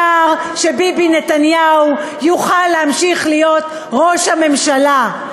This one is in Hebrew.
העיקר שביבי נתניהו יוכל להמשיך להיות ראש הממשלה.